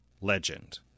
legend